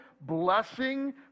blessing